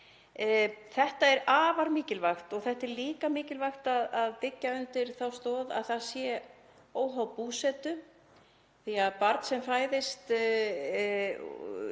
Þetta er afar mikilvægt og það er líka mikilvægt að byggja undir þá stoð að aðgengið sé óháð búsetu því að barn sem fæðist